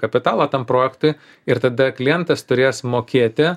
kapitalą tam projektui ir tada klientas turės mokėti